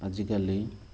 ଆଜିକାଲି